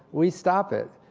we stop it.